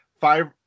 five